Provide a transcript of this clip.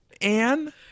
Anne